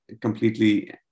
completely